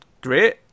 great